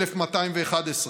1,211,